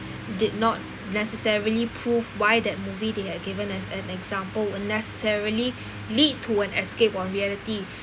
did not necessarily prove why that movie they had given as an example would necessarily lead to an escape on reality